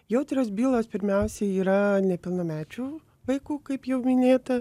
jautrios bylos pirmiausia yra nepilnamečių vaikų kaip jau minėta